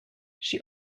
she